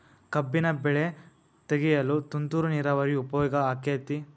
ಕಬ್ಬಿನ ಬೆಳೆ ತೆಗೆಯಲು ತುಂತುರು ನೇರಾವರಿ ಉಪಯೋಗ ಆಕ್ಕೆತ್ತಿ?